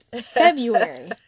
February